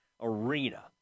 arena